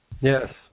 Yes